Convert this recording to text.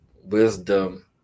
wisdom